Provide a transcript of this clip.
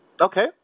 Okay